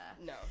no